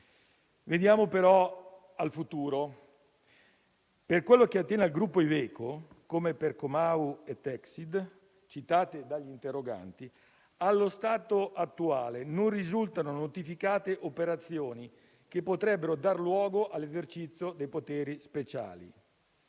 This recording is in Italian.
Veniamo però al futuro. Per quello che attiene al gruppo Iveco, così come per Comau S.p.A. e Teksid S.p.A., citate dagli interroganti, allo stato attuale non risultano notificate operazioni che potrebbero dar luogo all'esercizio dei poteri speciali.